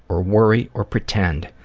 or worry or pretend.